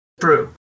True